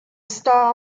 star